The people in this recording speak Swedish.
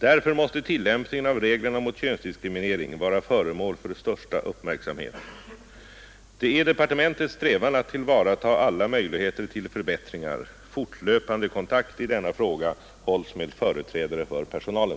Därför måste tillämpningen av reglerna mot könsdiskriminering vara föremål för största uppmärksamhet. Det är departementets strävan att tillvarata alla möjligheter till förbättringar. Fortlöpande kontakt i denna fråga hålls med företrädare för personalen.